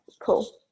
Cool